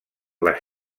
les